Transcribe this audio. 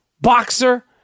boxer